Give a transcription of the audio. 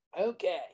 Okay